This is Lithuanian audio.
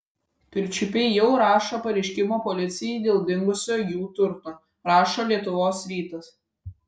pirčiupiai jau rašo pareiškimą policijai dėl dingusio jų turto rašo lietuvos rytas